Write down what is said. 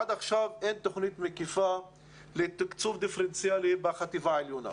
עד עכשיו אין תוכנית מקיפה לתקצוב דיפרנציאלי בחטיבה העליונה.